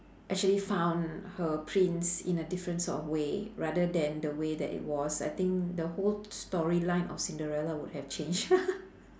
actually found her prince in a different sort of way rather than the way that it was I think the whole storyline of cinderella would have changed